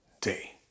day